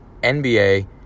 NBA